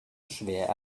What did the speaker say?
schwer